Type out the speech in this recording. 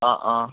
অঁ অঁ